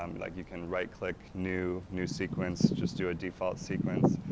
um like you can right-click new, new sequence, just do a default sequence,